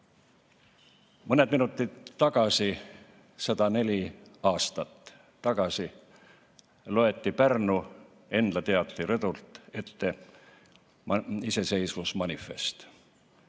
Mõned minutid rohkem kui 104 aastat tagasi loeti Pärnu Endla teatri rõdult ette iseseisvusmanifest.